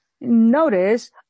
notice